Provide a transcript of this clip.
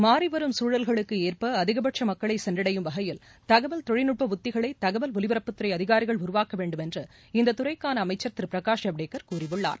மாறிவரும் சூழலுக்கு ஏற்ப அதிகபட்ச மக்களை சென்றடையும் வகையில் தகவல் தொழில்நுட்ப உத்திகளை தகவல் ஒலிபரப்புத்துறை அதிகாரிகள் உருவாக்க வேண்டுமென்று இந்த துறைக்கான அமைச்சர் திரு பிரகாஷ் ஜவடேக்கர் கூறியுள்ளார்